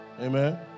Amen